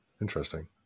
interesting